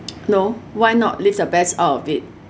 know why not live the best out of it